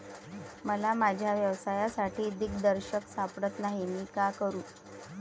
मला माझ्या व्यवसायासाठी दिग्दर्शक सापडत नाही मी काय करू?